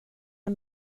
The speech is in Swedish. jag